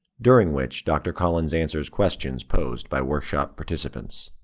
during which dr. collins answers questions posed by workshop participants.